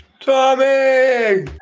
Tommy